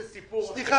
זה סיפור אחר --- סליחה